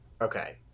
Okay